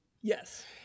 yes